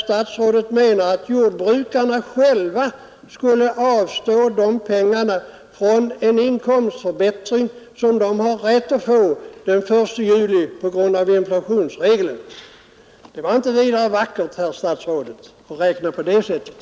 Statsrådet menar alltså att jordbrukarna själva skulle avstå från en inkomstförbättring som de till följd av inflationsregeln har rätt att få den 1 juli. Det var inte vidare vackert, herr statsråd, att räkna på det sättet.